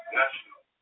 national